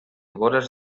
vores